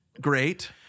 Great